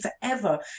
forever